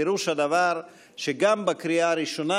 פירוש הדבר שגם בקריאה הראשונה,